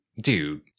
dude